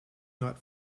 not